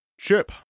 Chip